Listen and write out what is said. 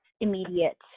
immediate